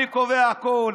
אני קובע הכול.